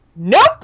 nope